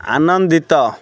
ଆନନ୍ଦିତ